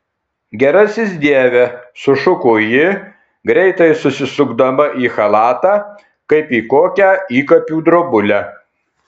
gerasis dieve sušuko ji greitai susisukdama į chalatą kaip į kokią įkapių drobulę